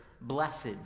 blessed